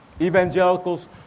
Evangelicals